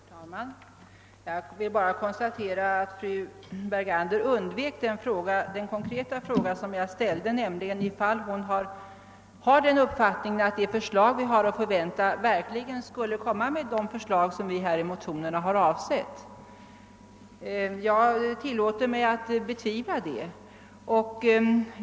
Herr talman! Jag vill bara konstatera att fru Bergander undvek den konkreta fråga som jag ställde, nämligen om hon har den uppfattningen att det lagförslag vi har att förvänta verkligen kommer att innehålla även förslag om det som vi i motionen har avsett. Jag tillåter mig att betvivla det.